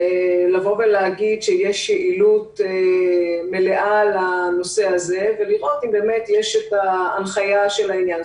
להגיד שיש יעילות מלאה לנושא הזה ולראות אם באמת יש הנחיה לעניין הזה.